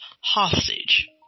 hostage